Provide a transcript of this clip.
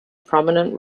prominent